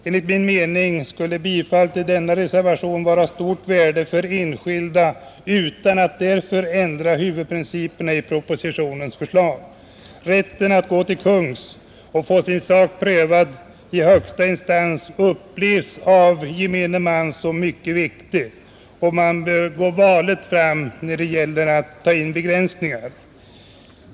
Enligt min mening skulle bifall till denna reservation vara av stort värde för den enskilde utan att ändra huvudprinciperna i propositionens förslag. Rätten att ”gå till kungs” och få sin sak prövad i högsta instans upplevs av gemene man som mycket viktig, och man bör gå varligt fram med begränsningar.